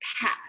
path